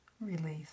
Release